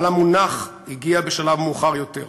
אבל המונח הגיע בשלב מאוחר יותר.